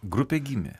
grupė gimė